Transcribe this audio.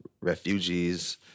refugees